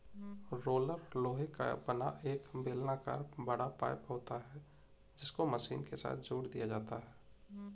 roller लोहे का बना एक बेलनाकर बड़ा पाइप होता है जिसको मशीन के साथ जोड़ दिया जाता है